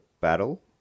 battle